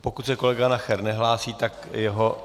Pokud se kolega Nacher nehlásí, tak jeho...